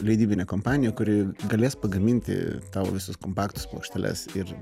leidybine kompanija kuri galės pagaminti tau visas kompaktines plokšteles ir